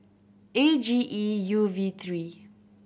A G E U V three